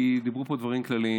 כי דיברו פה דברים כלליים.